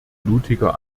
blutiger